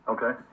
Okay